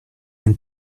and